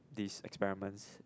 these experiments